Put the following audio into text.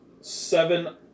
Seven